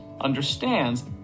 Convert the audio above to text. understands